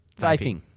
Vaping